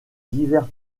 divers